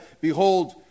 Behold